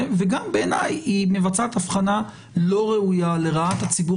ובעיניי היא גם מבצעת הבחנה לא ראויה לרעת הציבור